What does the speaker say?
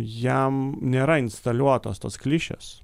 jam nėra instaliuotos tos klišės